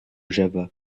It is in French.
java